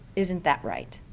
isn't that right?